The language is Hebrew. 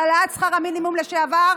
בהעלאת שכר המינימום בעבר